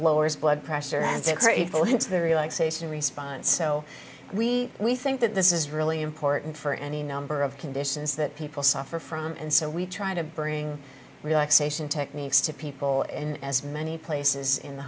lowers blood pressure and six or eight go into the relaxation response so we we think that this is really important for any number of conditions that people suffer from and so we try to bring relaxation techniques to people and as many places in the